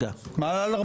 לא על ארבעה.